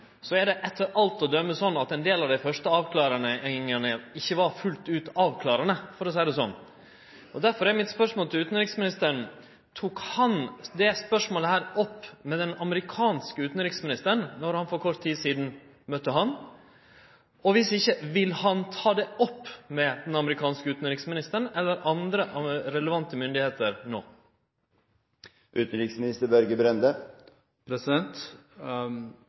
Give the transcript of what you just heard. er det etter alt å døme slik at ein del av dei første avklaringane ikkje var fullt ut avklarande, for å seie det slik. Derfor er mitt spørsmål til utanriksministeren: Tok utanriksministeren dette spørsmålet opp med den amerikanske utanriksministeren då han for kort tid sidan møtte han? Og viss ikkje: Vil han ta det opp med den amerikanske utanriksministeren eller andre relevante myndigheiter